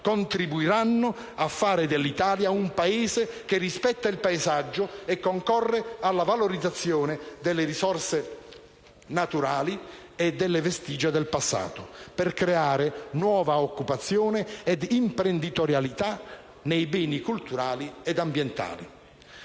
Contribuiranno a fare dell'Italia un Paese che rispetta il paesaggio e concorre alla valorizzazione delle risorse naturali e delle vestigia del passato, per creare nuova occupazione e imprenditorialità nei beni culturali ed ambientali.